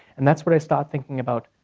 and that's when i start thinking about